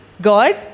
God